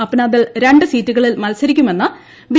അപ്നദൾ രണ്ട് സീറ്റുകളിൽ മത്സരിക്കുമെന്ന് ബി